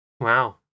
Wow